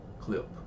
clip